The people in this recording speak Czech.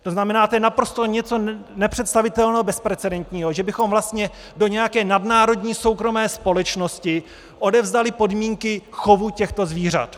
To znamená, to je naprosto něco nepředstavitelného, bezprecedentního, že bychom vlastně do nějaké nadnárodní soukromé společnosti odevzdali podmínky chovu těchto zvířat.